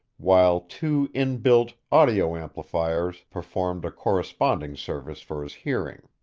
while two inbuilt audio-amplifiers performed a corresponding service for his hearing.